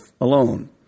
alone